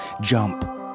jump